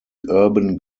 urban